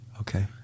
Okay